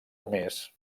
més